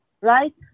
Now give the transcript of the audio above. right